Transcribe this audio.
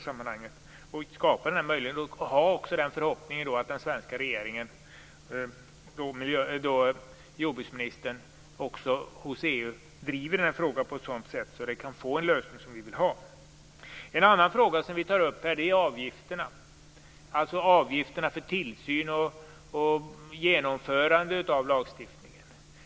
Vi har den förhoppningen att den svenska regeringen och jordbruksministern hos EU driver den här frågan på ett sådant sätt att vi kan få den lösning vi vill ha. En tredje fråga som tas upp här gäller avgifterna för tillsyn och genomförande av lagstiftningen.